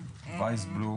ויסבלום